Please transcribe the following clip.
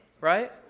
right